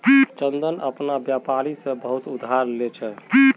चंदन अपना व्यापारी से बहुत उधार ले छे